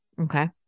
Okay